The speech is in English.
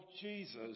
Jesus